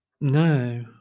No